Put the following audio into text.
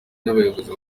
n’abayobozi